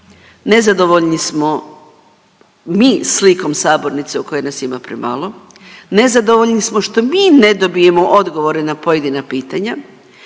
Nezadovoljni smo mi slikom sabornice u kojoj nas ima premalo. Nezadovoljni smo što mi ne dobijemo odgovore na pojedina pitanja.